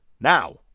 now